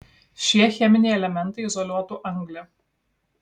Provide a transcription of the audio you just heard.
šie cheminiai elementai izoliuotų anglį